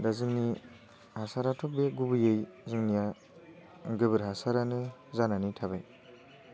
दा जोंनि हासाराथ' बे गुबैयै जोंनिया गोबोर हासारानो जानानै थाबाय